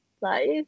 life